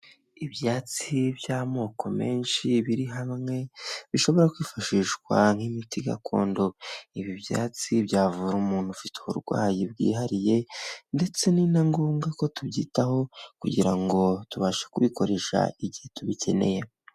Ibyatsi by'amoko menshi biri hamwe, bishobora kwifashishwa nk'imiti gakondo. Ibi byatsi byavura umuntu ufite uburwayi bwihariye, ndetse ni na ngombwa ko tubyitaho, kugira ngo tubashe kubikoresha, igihe tubikeneye.